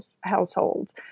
households